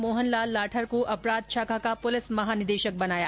मोहन लाल लाठर को अपराध शाखा का पुलिस महानिदेशक बनाया